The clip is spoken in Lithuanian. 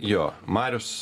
jo marius